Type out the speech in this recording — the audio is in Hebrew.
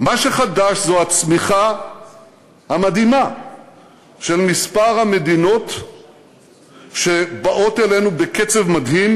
מה שחדש זה הצמיחה המדהימה של מספר המדינות שבאות אלינו בקצב מדהים